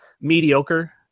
mediocre